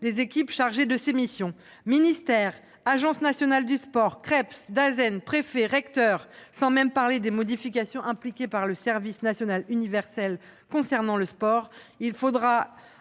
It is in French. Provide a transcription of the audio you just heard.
des équipes chargées de ses missions. Ministère, Agence nationale du sport, Creps, Dasen, préfet, recteur, sans même parler des modifications impliquées par le service national universel concernant le sport : nos